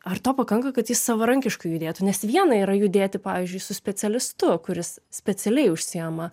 ar to pakanka kad jis savarankiškai judėtų nes viena yra judėti pavyzdžiui su specialistu kuris specialiai užsiima